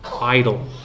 idle